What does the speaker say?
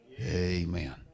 Amen